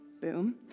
Boom